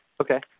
Okay